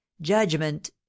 judgment